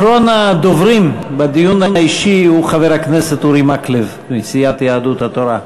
אחרון הדוברים בדיון האישי הוא חבר הכנסת אורי מקלב מסיעת יהדות התורה.